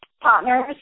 partners